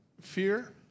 fear